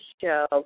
show